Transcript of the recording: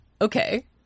Okay